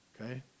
Okay